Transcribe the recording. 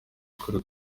ukuri